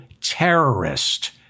terrorist